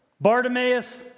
Bartimaeus